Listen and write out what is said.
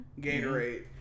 Gatorade